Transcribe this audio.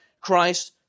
Christ